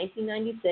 1996